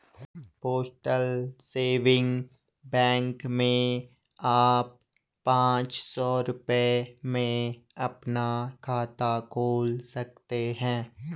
postal saving bank में आप पांच सौ रूपये में अपना खाता खोल सकते हैं